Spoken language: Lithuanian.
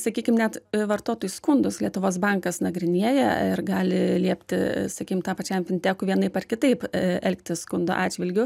sakykim net vartotojų skundus lietuvos bankas nagrinėja ir gali liepti sakykim tam pačiam fintekui vienaip ar kitaip elgtis skundo atžvilgiu